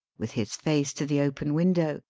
with his face to the open window,